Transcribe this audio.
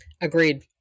Agreed